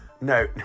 No